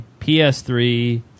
PS3